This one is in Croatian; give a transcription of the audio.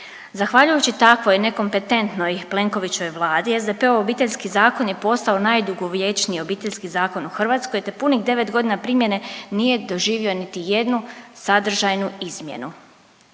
Zahvaljujući takvoj nekompetentnoj Plenkovićevoj Vladi SDP-ov Obiteljski zakon je postao najdugovječniji Obiteljski zakon u Hrvatskoj, te punih 9 godina primjene nije doživio niti jednu sadržajnu izmjenu.